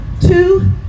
two